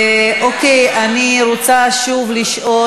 אני רוצה שוב לשאול,